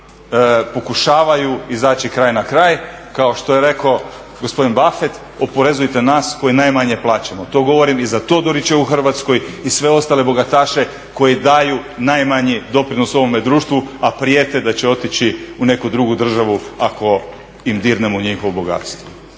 koji pokušavaju izaći kraj na kraj kao što je rekao gospodin Buffett oporezujte nas koji najmanje plaćamo. To govorim i za Todorićeva u Hrvatskoj i sve ostale bogataše koji daju najmanji doprinos ovome društvu a prijete da će otići u neku drugu državu ako im dirnemo u njihovo bogatstvo.